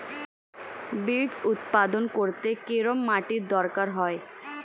Beets উৎপাদন করতে কেরম মাটির দরকার হয়?